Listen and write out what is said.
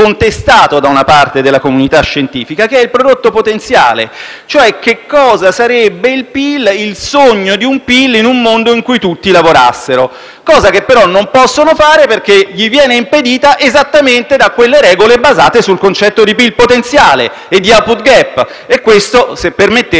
cioè che cosa sarebbe il PIL, il sogno di un PIL, in un mondo in cui tutti lavorassero, cosa che però non possono fare perché viene impedita esattamente da quelle regole basate sul concetto di PIL potenziale e di *output gap*. Questo - se permettete - è un paradosso sgradevole. Fa bene quindi, anzi benissimo, il Ministro a ricordare,